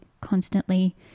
constantly